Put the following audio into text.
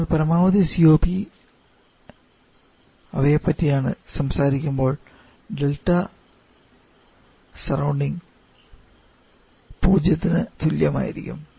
ആണ് പരമാവധി COP അവയെപ്പറ്റി സംസാരിക്കുമ്പോൾ ഡെൽറ്റ സറൌണ്ടിംഗ് 0 നു തുല്യമായിരിക്കും